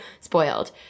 spoiled